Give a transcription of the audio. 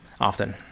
often